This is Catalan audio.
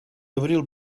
abril